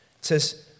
says